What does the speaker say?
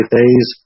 days